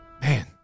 Man